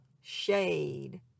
shade